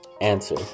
answer